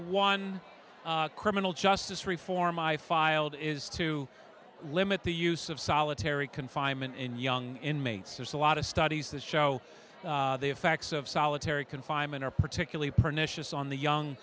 one criminal justice reform i filed is to limit the use of solitary confinement in young inmates there's a lot of studies that show the effects of solitary confinement are particularly pernicious on the young